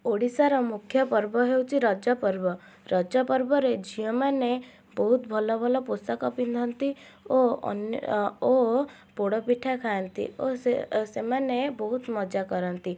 ଓଡ଼ିଶାର ମୁଖ୍ୟ ପର୍ବ ହେଉଛି ରଜ ପର୍ବ ରଜ ପର୍ବରେ ଝିଅମାନେ ବହୁତ ଭଲ ଭଲ ପୋଷାକ ପିନ୍ଧନ୍ତି ଓ ଓ ପୋଡ଼ପିଠା ଖାଆନ୍ତି ଓ ସେମାନେ ବହୁତ ମଜା କରନ୍ତି